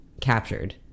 captured